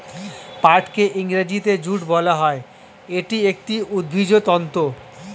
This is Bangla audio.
পাটকে ইংরেজিতে জুট বলা হয়, এটি একটি উদ্ভিজ্জ তন্তু